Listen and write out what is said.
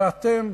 ואתם,